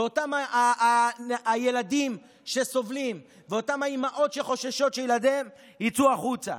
אצל אותם הילדים שסובלים ואותן האימהות שחוששות שילדיהן יצאו החוצה.